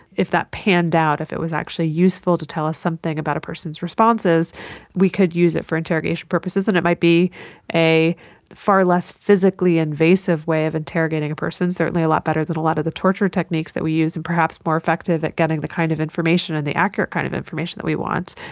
if that panned out, if it was actually useful to tell us something about a person's responses we could use it for interrogation purposes, and it might be a far less physically invasive way of interrogating a person, certainly a lot better than a lot of the torture techniques that we use and perhaps more effective at getting the kind of information and the accurate kind of information that we want.